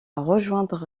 rejoindre